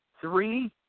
Three